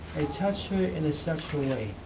i touched her in a sexual way.